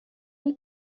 gli